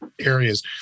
areas